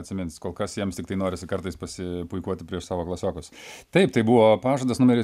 atsimins kol kas jiems tiktai norisi kartais pasipuikuoti prieš savo klasiokus taip tai buvo pažadas numeris